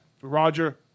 Roger